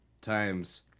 times